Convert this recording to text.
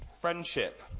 friendship